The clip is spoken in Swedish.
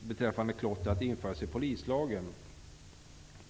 beträffande klotter att införas i polislagen.